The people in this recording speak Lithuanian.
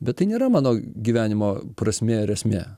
bet tai nėra mano gyvenimo prasmė ir esmė